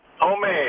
Homemade